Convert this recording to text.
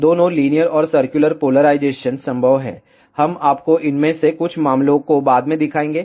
दोनों लीनियर और circular polarisation संभव हैं हम आपको इनमें से कुछ मामलों को बाद में दिखाएंगे